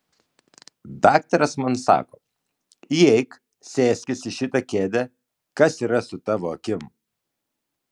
daktaras man sako įeik sėskis į šitą kėdę kas yra su tavo akim